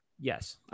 Yes